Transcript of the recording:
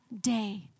day